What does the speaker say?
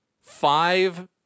five